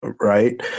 Right